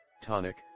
tonic